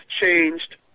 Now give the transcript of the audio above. changed